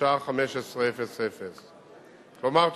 בשעה 15:00. כלומר,